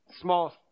small